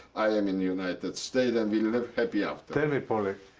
i am in united states, and we live happy after. tell me, poldek.